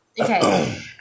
Okay